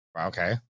Okay